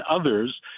others